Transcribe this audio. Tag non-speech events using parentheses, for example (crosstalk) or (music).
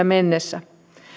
(unintelligible) mennessä